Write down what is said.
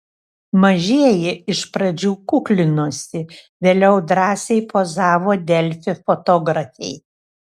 mažieji iš pradžių kuklinosi vėliau drąsiai pozavo delfi fotografei